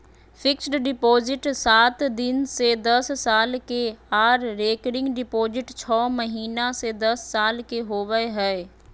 fixed deposit सात दिन से दस साल के आर रेकरिंग डिपॉजिट छौ महीना से दस साल के होबय हय